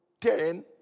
ten